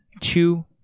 two